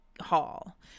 Hall